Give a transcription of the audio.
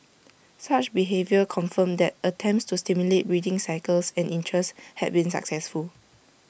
such behaviour confirmed that attempts to stimulate breeding cycles and interest had been successful